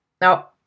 Now